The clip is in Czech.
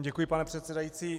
Děkuji, pane předsedající.